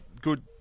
good